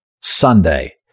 Sunday